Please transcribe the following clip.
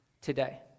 today